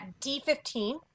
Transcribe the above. D15